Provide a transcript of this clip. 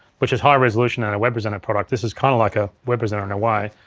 which is higher resolution than our web presenter product, this is kinda like a web presenter in a way,